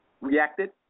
reacted